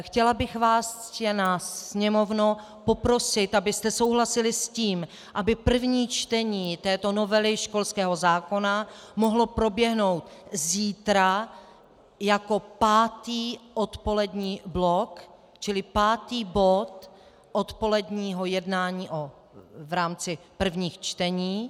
Chtěla bych vás, ctěná Sněmovno, poprosit, abyste souhlasili s tím, aby první čtení této novely školského zákona mohlo proběhnout zítra jako pátý odpolední bod, čili pátý bod odpoledního jednání v rámci prvních čtení.